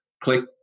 click